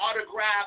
autograph